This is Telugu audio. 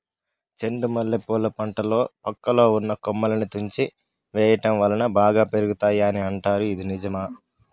చెండు మల్లె పూల పంటలో పక్కలో ఉన్న కొమ్మలని తుంచి వేయటం వలన బాగా పెరుగుతాయి అని అంటారు ఇది నిజమా?